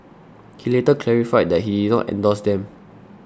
he later clarified that he did not endorse them